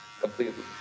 completely